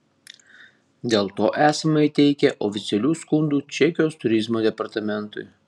dėl to esame įteikę oficialių skundų čekijos turizmo departamentui